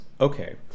okay